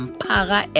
para